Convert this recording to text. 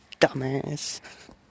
Dumbass